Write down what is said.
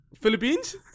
Philippines